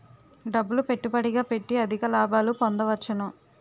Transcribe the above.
డబ్బులు పెట్టుబడిగా పెట్టి అధిక లాభాలు పొందవచ్చును